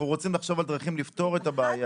אנחנו רוצים לחשוב על דרכים לפתור את הבעיה הזאת.